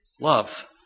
love